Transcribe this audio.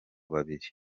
babiri